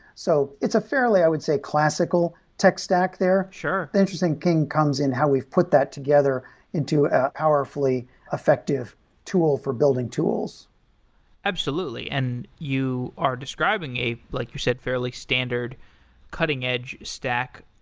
so it's a fairly, i would say, classical tech stack there. the interesting thing comes in how we've put that together into our fully effective tool for building tools absolutely, and you are describing a, like you said, fairly standard cutting edge stack.